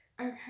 Okay